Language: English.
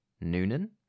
Noonan